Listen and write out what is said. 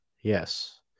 yes